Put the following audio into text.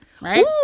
right